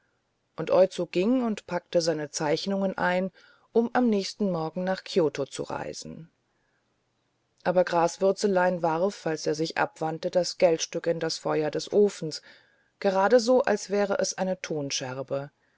und oizo ging und packte seine zeichnungen ein um am nächsten morgen nach kioto zu reisen aber graswürzelein warf als er sich abwandte das geldstück in das feuer des ofens geradeso als wäre es eine tonscherbe